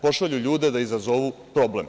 Pošalju ljude da izazovu problem.